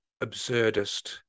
absurdist